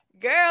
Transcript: Girl